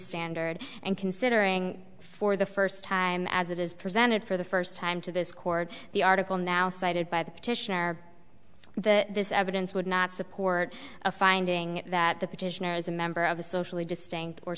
standard and considering for the first time as it is presented for the first time to this court the article now cited by the petitioner that this evidence would not support a finding that the petitioner is a member of a socially distinct or